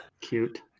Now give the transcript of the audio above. cute